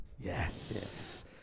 Yes